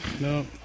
no